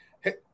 Hey